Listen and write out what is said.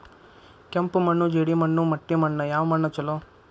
ಕೆಂಪು ಮಣ್ಣು, ಜೇಡಿ ಮಣ್ಣು, ಮಟ್ಟಿ ಮಣ್ಣ ಯಾವ ಮಣ್ಣ ಛಲೋ?